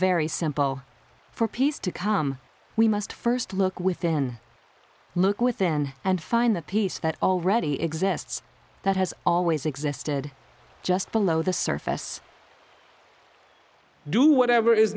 very simple for peace to come we must first look within look within and find the peace that already exists that has always existed just below the surface do whatever is